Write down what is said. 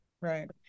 Right